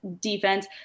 defense